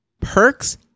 Perks